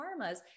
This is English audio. karmas